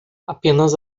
apenas